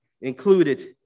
included